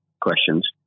questions